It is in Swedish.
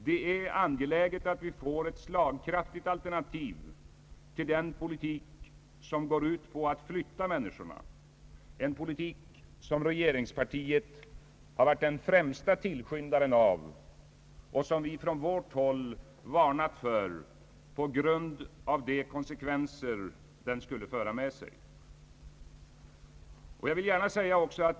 Det är angeläget att vi får ett slagkraftigt alternativ till den politik som går ut på att flytta människorna, en politik som regeringspartiet har varit den främsta tillskyndaren av och som vi från vårt håll varnat för på grund av de konsekvenser den skulle föra med sig.